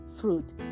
fruit